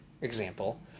example